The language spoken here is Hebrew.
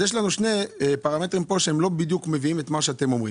יש לנו שני פרמטרים פה שלא בדיוק מביאים את מה שאתה אומר.